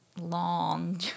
long